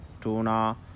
tuna